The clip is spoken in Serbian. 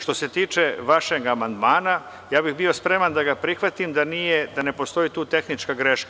Što se tiče vašeg amandmana, ja bih bio spreman da ga prihvatim da ne postoji tu tehnička greška.